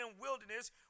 wilderness